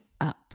up